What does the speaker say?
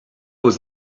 was